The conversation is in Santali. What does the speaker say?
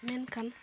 ᱢᱮᱱᱠᱷᱟᱱ